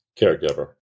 Caregiver